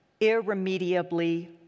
irremediably